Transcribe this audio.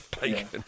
bacon